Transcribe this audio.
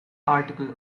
article